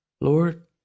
Lord